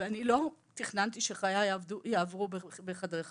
ואני לא תכננתי שחיי יעברו בחדרי חקירות.